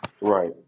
Right